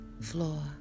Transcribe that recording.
floor